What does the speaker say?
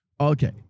Okay